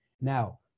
Now